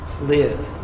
live